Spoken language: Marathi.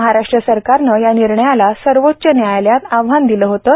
महाराष्ट्र सरकारने या निर्णयाला सर्वोच्चन्यायालयात आव्हान दिलं होतं